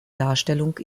darstellung